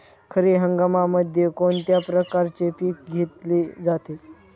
खरीप हंगामामध्ये कोणत्या प्रकारचे पीक घेतले जाते?